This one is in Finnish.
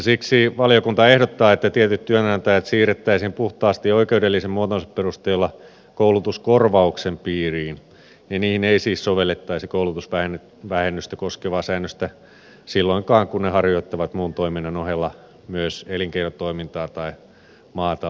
siksi valiokunta ehdottaa että tietyt työnantajat siirrettäisiin puhtaasti oikeudellisen muotonsa perusteella koulutuskorvauksen piiriin ja niihin ei siis sovellettaisi koulutusvähennystä koskevaa säännöstä silloinkaan kun ne harjoittavat muun toiminnan ohella myös elinkeinotoimintaa tai maataloutta